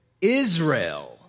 Israel